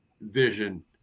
vision